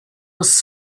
was